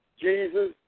Jesus